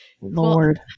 Lord